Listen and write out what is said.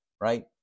Right